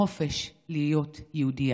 החופש להיות יהודייה.